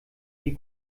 die